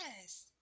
Yes